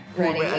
ready